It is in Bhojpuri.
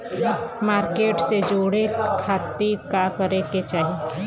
मार्केट से जुड़े खाती का करे के चाही?